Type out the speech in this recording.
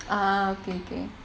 ah okay okay